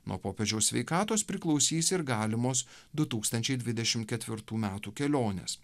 nuo popiežiaus sveikatos priklausys ir galimos du tūkstančiai dvidešim ketvirtų metų keliones